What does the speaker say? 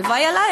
הלוואי עלי,